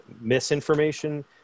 misinformation